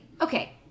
okay